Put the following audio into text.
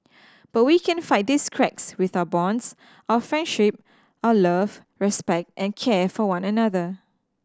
but we can fight these cracks with our bonds our friendship our love respect and care for one another